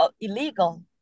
illegal